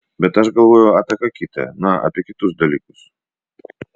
bet aš galvojau apie ką kita na apie kitus dalykus